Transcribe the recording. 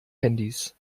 handys